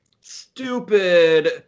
stupid